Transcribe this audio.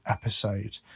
episode